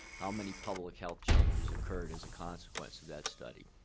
how many public health changes occurred as a consequence of that study.